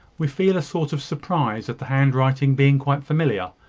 we feel a sort of surprise at the handwriting being quite familiar.